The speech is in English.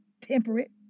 temperate